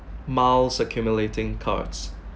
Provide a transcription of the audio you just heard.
miles accumulating cards